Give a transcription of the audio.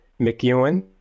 McEwen